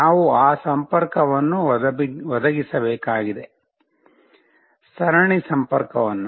ನಾವು ಆ ಸಂಪರ್ಕವನ್ನು ಒದಗಿಸಬೇಕಾಗಿದೆ ಸರಣಿ ಸಂಪರ್ಕವನ್ನು